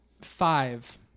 five